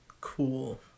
Cool